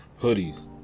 hoodies